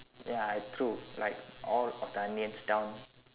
ya I threw like all of the onions down